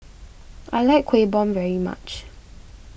I like Kueh Bom very much